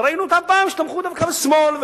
וראינו אותם פעם שתמכו דווקא בשמאל,